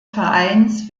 vereins